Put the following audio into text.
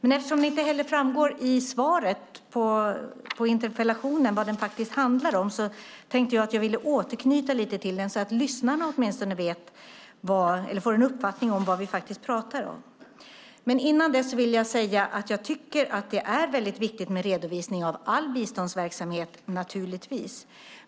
Eftersom det inte heller framgår av svaret på interpellationen vad den faktiskt handlar om tänkte jag att jag vill återknyta lite till den, så att åtminstone lyssnarna får en uppfattning vad vi pratar om. Innan dess vill jag säga att jag - naturligtvis - tycker att det är viktigt med redovisning av all biståndsverksamhet.